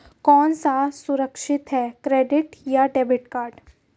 कौन सा सुरक्षित है क्रेडिट या डेबिट कार्ड?